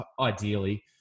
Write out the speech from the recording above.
ideally